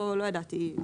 לא ידעתי שתהיה.